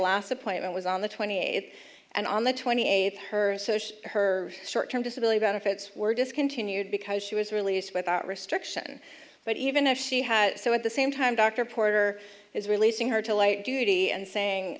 last appointment was on the twentieth and on the twenty eighth her social her short term disability benefits were discontinued because she was released without restriction but even if she had so at the same time dr porter is releasing her to light duty and saying